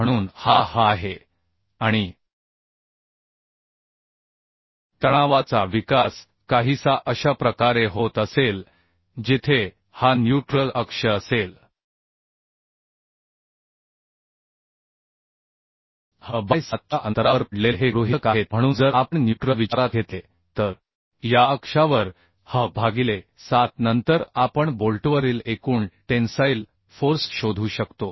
म्हणून हा h आहे आणि तणावाचा विकास काहीसा अशा प्रकारे होत असेल जिथे हा न्यूट्रल अक्ष असेल h बाय 7 च्या अंतरावर पडलेले हे गृहितक आहेत म्हणून जर आपण न्यूट्रल विचारात घेतले तर या अक्षावर h भागिले 7 नंतर आपण बोल्टवरील एकूण टेन्साईल फोर्स शोधू शकतो